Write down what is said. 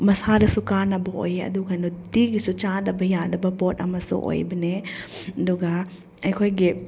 ꯃꯁꯥꯗꯁꯨ ꯀꯥꯟꯅꯕ ꯑꯣꯏꯌꯦ ꯑꯗꯨꯒ ꯅꯨꯡꯇꯤꯒꯤꯁꯨ ꯆꯥꯗꯕ ꯌꯥꯗꯕ ꯄꯣꯠ ꯑꯃꯁꯨ ꯑꯣꯏꯕꯅꯦ ꯑꯗꯨꯒ ꯑꯩꯈꯣꯏꯒꯤ